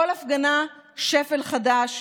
כל הפגנה, שפל חדש.